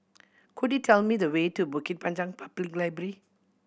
could you tell me the way to Bukit Panjang Public Library